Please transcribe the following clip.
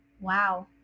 Wow